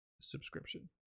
subscription